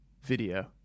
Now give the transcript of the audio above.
video